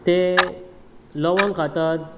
ते लवंग खातात